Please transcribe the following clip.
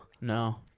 No